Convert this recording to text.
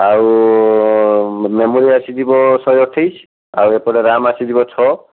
ଆଉ ମେମୋରୀ ଆସିଯିବ ଶହେ ଅଠାଇଶି ଆଉ ଏପଟେ ରାମ୍ ଆସିଯିବ ଛଅ